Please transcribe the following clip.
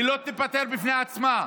היא לא תיפתר בפני עצמה.